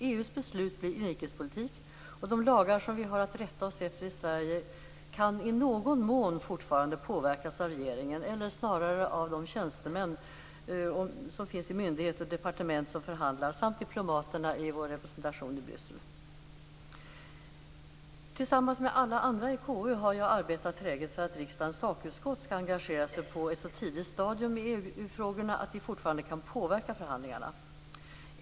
EU:s beslut blir inrikespolitik, och de lagar som vi har att rätta oss efter i Sverige kan i någon mån fortfarande påverkas av regeringen, eller snarare av de tjänstemän som finns i myndigheter och departement och som förhandlar, samt av diplomaterna i vår representation i Bryssel. Tillsammans med alla andra i konstitutionsutskottet har jag arbetat träget för att riksdagens sakutskott skall engagera sig på ett så tidigt stadium i EU frågorna att vi fortfarande kan påverka förhandlingarna.